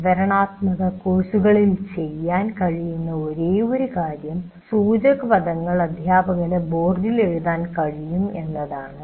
വിവരണാത്മക കോഴ്സുകളിൽ ചെയ്യാൻ കഴിയുന്ന ഒരേയൊരു കാര്യം സൂചകപദങ്ങൾ അധ്യാപകന് ബോർഡിൽ എഴുതാൻ കഴിയും എന്നതാണ്